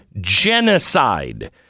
genocide